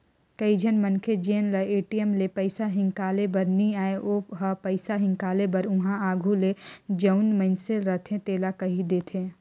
कइझन मनखे जेन ल ए.टी.एम ले पइसा हिंकाले बर नी आय ओ ह पइसा हिंकाले बर उहां आघु ले जउन मइनसे रहथे तेला कहि देथे